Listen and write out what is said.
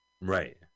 Right